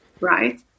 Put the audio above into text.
right